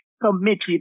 committed